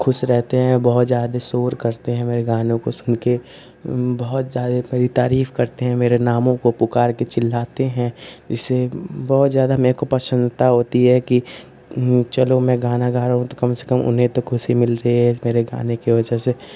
रहते हैं बहुत ज़्यादा शोर करते हैं मेरे गानों को सुनकर बहुत ज़्यादा मेरी तारीफ़ करते हैं मेरे नाम को पुकारकर चिल्लाते हैं इससे बहुत ज़्यादा मुझको प्रसन्नता होती है कि चलो मैं गाना गा रहा हूँ तो कम से कम उन्हें तो ख़ुशी मिल रही है मेरे गाने की वज़ह से